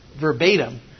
verbatim